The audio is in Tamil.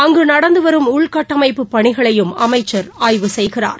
அங்குநடந்துவரும் உள் கட்டமைப்பு பணிகளையும் அமைச்சர் ஆய்வு செய்கிறார்